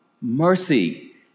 mercy